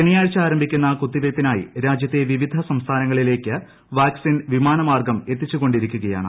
ശനിയാഴ്ച ആരംഭിക്കുന്ന കുത്തിവയ്പിനായി രാജ്യത്തെ വിവിധ സംസ്ഥാനങ്ങളിലേക്ക് വാക്സിൻ വിമാനമാർഗം എത്തിച്ചുകൊണ്ടിരിക്കുകയാണ്